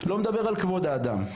לא מדבר על כבוד האדם,